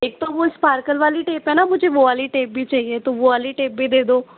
एक तो वो स्पार्कल वाली टेप है ना मुझे वो वाली टेप भी चाहिए तो वो वाली टेप भी दे दो